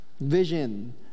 Vision